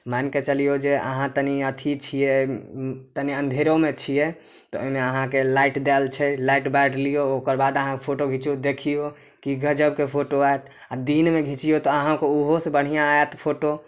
मानिके चलिऔ जे अहाँ तनि अथी छिए तनि अँधेरोमे छिए तऽ ओहिमे अहाँके लाइट देल छै लाइट बारि लिऔ ओकर बाद अहाँ फोटो घिचू देखिऔ कि गजबके फोटो आएत आओर दिनमे घिचिऔ तऽ अहाँके ओहोसँ बढ़िआँ आएत फोटो